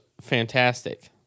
fantastic